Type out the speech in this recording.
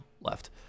left